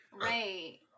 Right